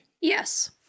Yes